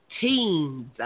teens